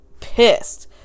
pissed